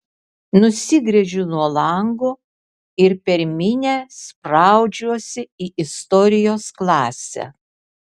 nusigręžiu nuo lango ir per minią spraudžiuosi į istorijos klasę